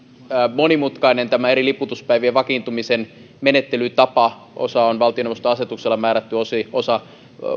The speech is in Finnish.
monimutkainen tämä eri liputuspäivien vakiintumisen menettelytapa osa on valtioneuvoston asetuksella määrätty osa osa